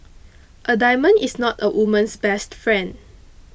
a diamond is not a woman's best friend